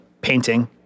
painting